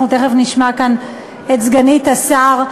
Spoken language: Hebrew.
אנחנו תכף נשמע כאן את סגנית השר.